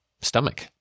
stomach